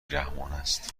رحمانست